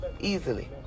Easily